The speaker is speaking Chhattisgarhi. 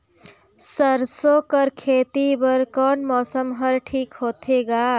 सरसो कर खेती बर कोन मौसम हर ठीक होथे ग?